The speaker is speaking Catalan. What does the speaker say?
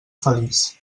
feliç